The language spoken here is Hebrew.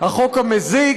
החוק המזיק,